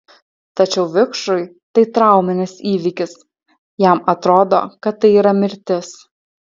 tačiau vikšrui tai trauminis įvykis jam atrodo kad tai yra mirtis